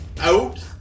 out